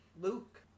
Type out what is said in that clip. Luke